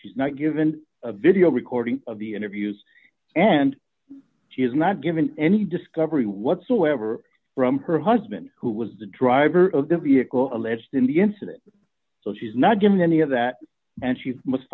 she's not given a video recording of the interviews and she is not given any discovery whatsoever from her husband who was the driver of the vehicle alleged in the incident so she is not given any of that and she must